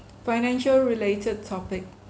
financial-related topic